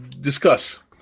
discuss